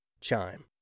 Chime